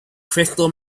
crystal